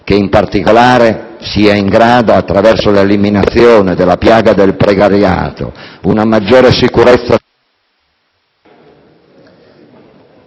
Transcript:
che in particolare sia in grado, attraverso l'eliminazione della piaga del precariato, di ridare certezza